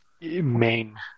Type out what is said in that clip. main